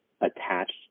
attached